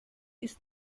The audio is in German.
ist